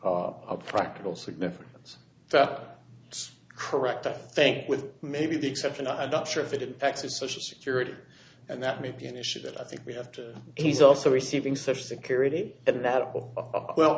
a practical significance that's correct i think with maybe the exception i'd not sure if it effects of social security and that may be an issue that i think we have to he's also receiving social security at that well